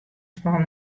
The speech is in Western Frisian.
fan